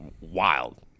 wild